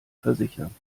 versichern